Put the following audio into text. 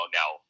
now –